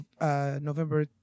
November